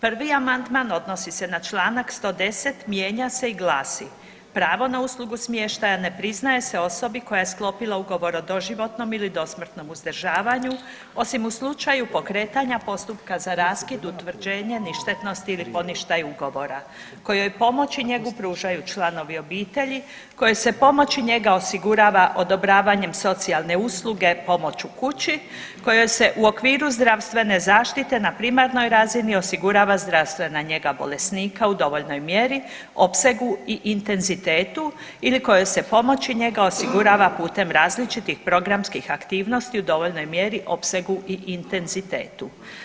Prvi amandman odnosi se na čl. 110., mijenja se i glasi, pravo na uslugu smještaja ne priznaje se osobi koja je sklopila Ugovor o doživotnom ili dosmrtnom uzdržavanju osim u slučaju pokretanja postupka za raskid utvrđenja ništetnosti ili poništaj ugovora, kojoj pomoć i njegu pružaju članovi obitelji, kojoj se pomoć i njega osigurava odobravanjem socijalne usluge pomoć u kući, kojoj se u okviru zdravstvene zaštite na primarnoj razini osigurava zdravstvena njega bolesnika u dovoljnoj mjeri, opsegu i intenzitetu ili kojoj se pomoć i njega osigurava putem različitih programskih aktivnosti u dovoljnoj mjeri, opsegu i intenzitetu.